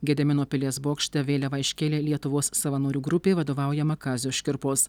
gedimino pilies bokšte vėliavą iškėlė lietuvos savanorių grupė vadovaujama kazio škirpos